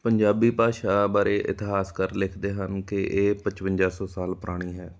ਪੰਜਾਬੀ ਭਾਸ਼ਾ ਬਾਰੇ ਇਤਿਹਾਸਕਾਰ ਲਿਖਦੇ ਹਨ ਕਿ ਇਹ ਪਚਵੰਜਾ ਸੌ ਸਾਲ ਪੁਰਾਣੀ ਹੈ